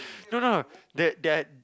no no they they're